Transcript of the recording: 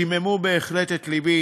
והם חיממו את לבי.